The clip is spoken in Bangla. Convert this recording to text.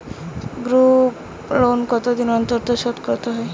গ্রুপলোন কতদিন অন্তর শোধকরতে হয়?